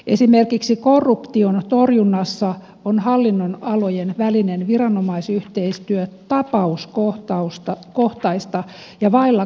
esimerkiksi korruption torjunnassa on hallinnon alojen välinen viranomaisyhteistyö tapauskohtaista ja vailla koordinaatiota